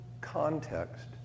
context